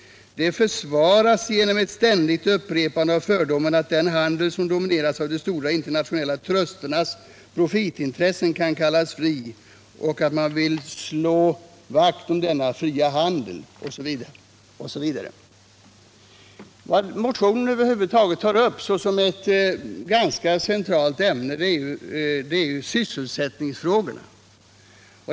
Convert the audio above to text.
Detta försvaras genom ett ständigt upprepande av fördomen att den handel som domineras av de stora internationella trusternas profitintressen kan kallas fri och att man vill slå vakt om denna ”fria” handel.” Vad motionen tar upp som ett ganska centralt ämne är sysselsättningsfrågorna.